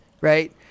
right